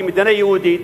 כמדינה יהודית,